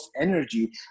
energy